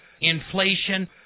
inflation